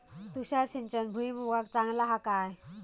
तुषार सिंचन भुईमुगाक चांगला हा काय?